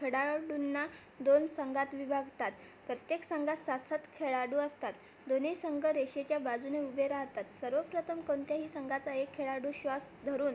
खेळाडूंना दोन संघांत विभागतात प्रत्येक संघात सात सात खेळाडू असतात दोन्ही संघ रेषेच्या बाजूने उभे राहतात सर्वप्रथम कोणत्याही संघाचा एक खेळाडू श्वास धरून